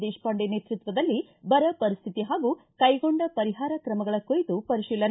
ದೇಶಪಾಂಡೆ ನೇತೃತ್ವದಲ್ಲಿ ಬರ ಪರಿಸ್ಥಿತಿ ಹಾಗೂ ಕೈಗೊಂಡ ಪರಿಹಾರ ಕ್ರಮಗಳ ಕುರಿತು ಪರಿಶೀಲನೆ